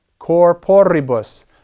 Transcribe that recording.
corporibus